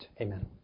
Amen